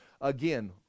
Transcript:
Again